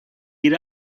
jede